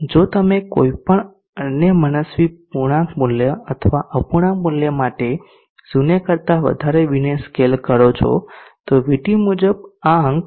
જો તમે કોઈપણ અન્ય મનસ્વી પૂર્ણાંક મૂલ્ય અથવા અપૂર્ણાંક મૂલ્ય માટે 0 કરતા વધારે v ને સ્કેલ કરો છો તો vT મુજબ આ અંક 0